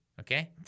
okay